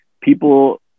people